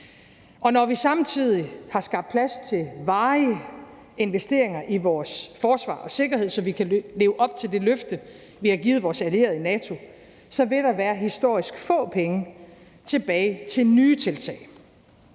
Og når vi samtidig har skabt plads til varige investeringer i vores forsvar og sikkerhed, så vi kan leve op til det løfte, vi har givet vores allierede i NATO, så vil der være historisk få penge tilbage til nye tiltag.